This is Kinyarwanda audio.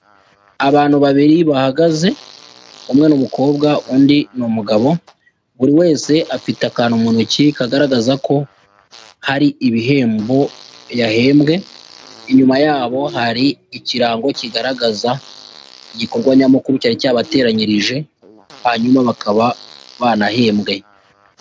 Abantu babiri bahagaze, umwe ni umukobwa undi ni umugabo, buri wese afite akantu mu ntoki kagaragaza ko hari ibihembo yahembwe, inyuma yabo hari ikirango kigaragaza igikorwa nyamukuru cyari cyabateranyirije, hanyuma bakaba banahembwe.